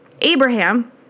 Abraham